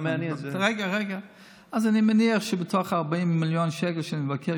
אני מניח שבתוך ה-40 מיליון שקל שאני מבקש